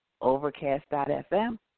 Overcast.fm